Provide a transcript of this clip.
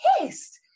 pissed